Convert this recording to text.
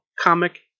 Comic